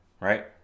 right